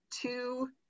two